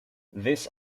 this